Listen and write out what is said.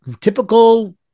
typical